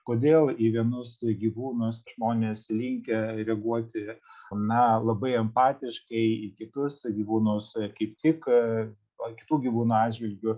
kodėl į vienus gyvūnus žmonės linkę reaguoti na labai empatiški į kitus gyvūnus kaip tik o kitų gyvūnų atžvilgiu